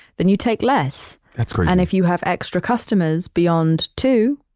then you take less that's crazy and if you have extra customers beyond two,